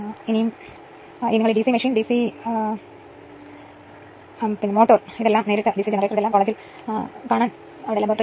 അതിനാൽ ആദ്യത്തെ കേസിൽ X 2 11500 അതായത് ആദ്യത്തെ കേസ് BC 11500 X 2 AC 2300 വോൾട്ട് എന്നിവയുമായി ബന്ധമുണ്ടെന്ന് കരുതുക